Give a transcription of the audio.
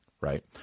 right